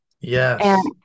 Yes